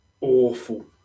awful